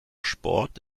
sport